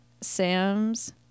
Sam's